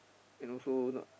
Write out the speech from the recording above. and also not